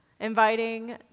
inviting